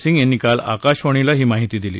सिंग यांनी काल आकाशवाणीला ही माहिती दिली